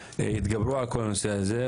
יתגברו על כל הנושא הזה,